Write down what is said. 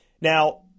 Now